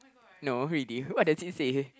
no really what does it say